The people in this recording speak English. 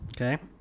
Okay